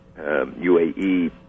UAE